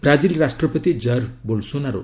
Brazil ରାଷ୍ଟ୍ରପତି Jair Bolsonaro